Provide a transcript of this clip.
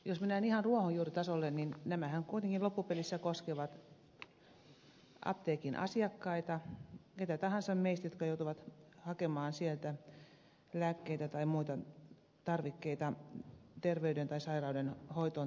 jos mennään ihan ruohonjuuritasolle niin nämähän kuitenkin loppupelissä koskevat apteekin asiakkaita ketä tahansa meistä jotka joutuvat hakemaan sieltä lääkkeitä tai muita tarvikkeita terveyden ylläpitämiseen ja sairauden hoitoon